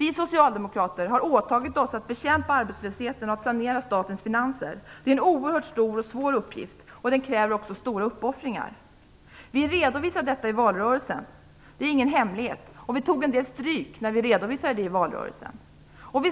Vi socialdemokrater har åtagit oss att bekämpa arbetslösheten och att sanera statens finanser. Det är en oerhört stor och svår uppgift, och den kräver också stora uppoffringar. Vi redovisade detta i valrörelsen - det var ingen hemlighet - och vi tog en del stryk när vi gjorde det. Vi